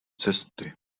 cesty